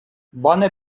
bona